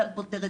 לא פותר,